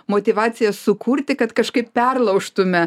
motyvacijas sukurti kad kažkaip perlaužtume